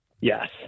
Yes